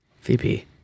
VP